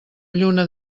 lluna